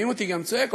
רואים אותי גם צועק,